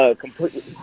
completely